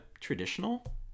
traditional